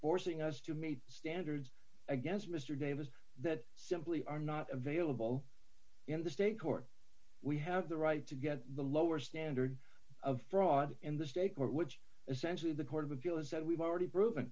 forcing us to meet standards against mr davis that simply are not available in the state court we have the right to get the lower standard of fraud in the state court which a sense the court of appeal has said we've already proven